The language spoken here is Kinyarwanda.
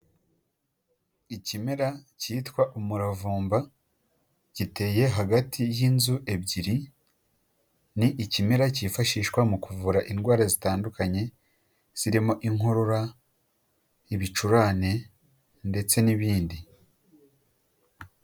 Ikimera cyitwa umuravumba giteye hagati y'inzu ebyiri, ni ikimera cyifashishwa mu kuvura indwara zitandukanye, zirimo inkorora, ibicurane ndetse n'ibindi.